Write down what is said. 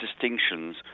distinctions